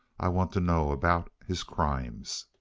i want to know about his crimes.